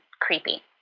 creepy